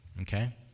okay